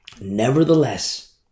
Nevertheless